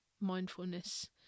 mindfulness